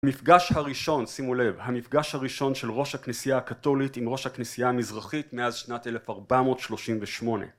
המפגש הראשון, שימו לב, המפגש הראשון של ראש הכנסייה הקתולית עם ראש הכנסייה המזרחית מאז שנת אלף ארבע מאות שלושים ושמונה